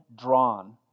drawn